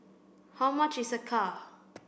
how much is Acar